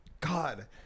God